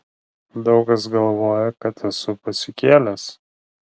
daug kas galvoja kad esu pasikėlęs